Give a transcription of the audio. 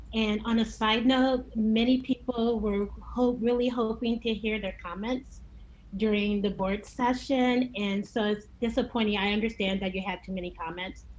and on a side note, many people were really hoping to hear their comments during the board session. and so it's disappointing, i understand that you had too many comments.